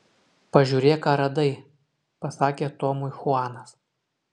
pažiūrėk ką radai pasakė tomui chuanas